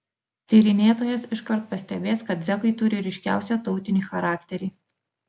tyrinėtojas iškart pastebės kad zekai turi ryškiausią tautinį charakterį